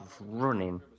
running